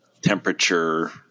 temperature